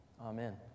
Amen